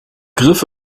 griff